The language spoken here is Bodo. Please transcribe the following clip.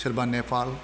सोरबा नेपाल